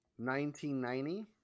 1990